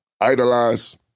idolize